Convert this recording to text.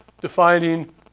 defining